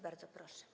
Bardzo proszę.